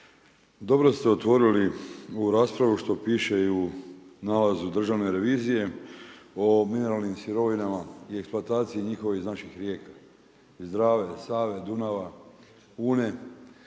dobro ste otvorili ovu raspravu što piše i u nalazu Državne revizije o mineralnim sirovinama i eksploataciji njihove iz naših rijeka iz Drave, Save, Dunava, Une